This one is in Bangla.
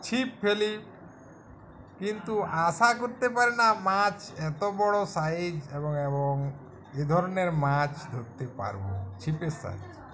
ছিপ ফেলি কিন্তু আশা করতে পারিনি মাছ এত বড় সাইজ এবং এবং এই ধরনের মাছ ধরতে পারব ছিপের সাহায্যে